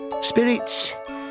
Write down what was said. Spirits